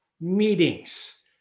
meetings